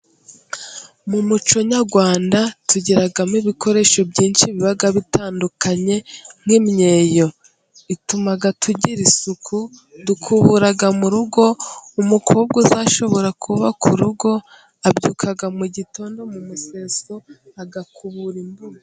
Mu muco nyarwanda tugiramo ibikoresho byinshi biba bitandukanye nk'imyeyo ,ituma tugira isuku dukubura mu rugo .Umukobwa uzashobora kuba ku rugo abyuka mu gitondo mu museso agakubura imbuga.